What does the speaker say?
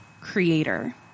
creator